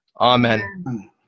amen